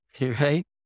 right